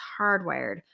hardwired